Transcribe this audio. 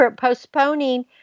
postponing